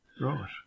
Right